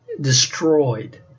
destroyed